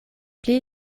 pli